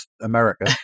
America